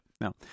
No